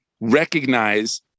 recognize